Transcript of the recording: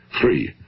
Three